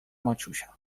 maciusia